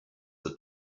the